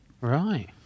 Right